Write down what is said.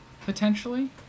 Potentially